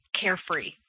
carefree